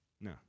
no